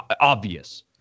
obvious